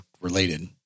related